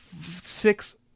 six